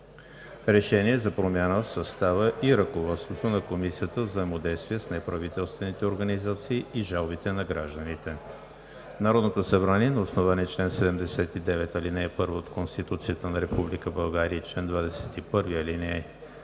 РЕШЕНИЕ за промяна в състава и ръководството на Комисията за взаимодействие с неправителствените организации и жалбите на гражданите Народното събрание на основание чл. 79, ал. 1 от Конституцията на Република